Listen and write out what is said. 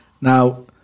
Now